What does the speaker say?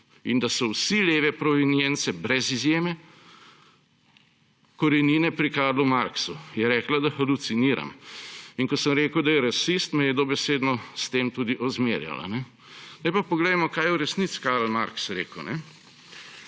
in da so vsi leve provenience, brez izjeme, korenine pri Karlu Marxu, je rekla, da haluciniram. In ko sem rekel, da je rasist, me je dobesedno s tem tudi ozmerjala. Sedaj pa poglejmo, kaj je v resnici Karl Marx rekel.